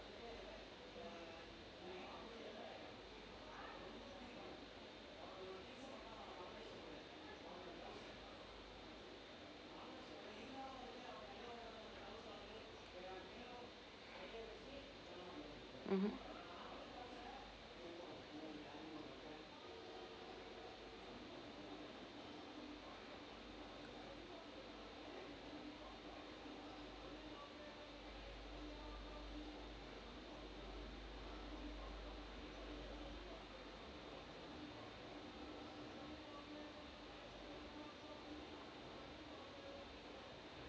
mmhmm